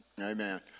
Amen